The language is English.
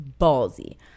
ballsy